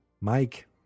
Mike